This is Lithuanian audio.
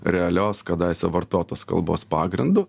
realios kadaise vartotos kalbos pagrindu